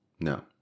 No